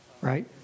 Right